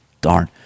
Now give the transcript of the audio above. Darn